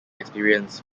experience